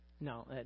No